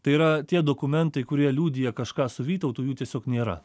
tai yra tie dokumentai kurie liudija kažką su vytautu jų tiesiog nėra